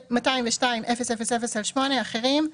202000/8 אחרים.